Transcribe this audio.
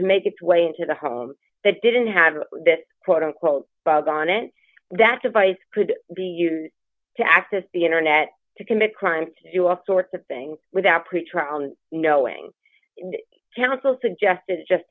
to make its way into the home that didn't have that quote unquote on it that device could be used to access the internet to commit crime to do all sorts of things without pretrial knowing council suggested just